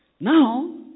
Now